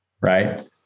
Right